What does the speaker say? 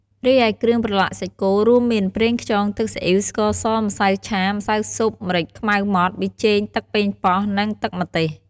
រីឯគ្រឿងប្រឡាក់សាច់គោ រួមមាន ប្រេងខ្យង ទឹកស៊ីអុីវ ស្ករស ម្សៅឆា ម្សៅស៊ុប ម្រេចខ្មៅម៉ដ្ឋ ប៊ីចេង ទឹកប៉េងប៉ោះ និង ទឹកម្ទេស។